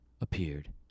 appeared